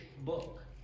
book